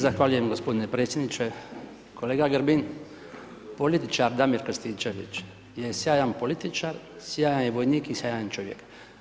Zahvaljujem gospodine predsjedniče, kolega Grbin političar Damir Krstičević je sjajan političar, sjajan je vojnik i sjajan čovjek.